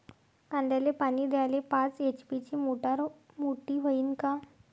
कांद्याले पानी द्याले पाच एच.पी ची मोटार मोटी व्हईन का?